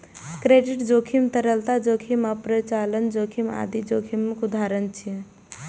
credit जोखिम, तरलता जोखिम आ परिचालन जोखिम आदि जोखिमक उदाहरण छियै